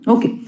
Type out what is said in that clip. Okay